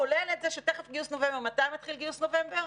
כולל את זה שתיכף גיוס נובמבר מתי יתחיל גיוס נובמבר?